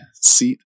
seat